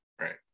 right